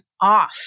off